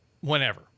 whenever